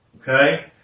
Okay